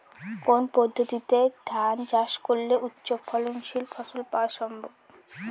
কোন পদ্ধতিতে ধান চাষ করলে উচ্চফলনশীল ফসল পাওয়া সম্ভব?